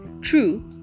True